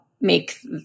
make